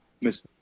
Miss